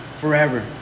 forever